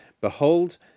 Behold